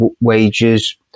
wages